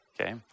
okay